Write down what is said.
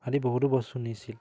আদি বহুতো বস্তু নিছিল